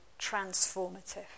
transformative